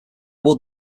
wood